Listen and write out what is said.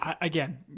again